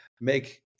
make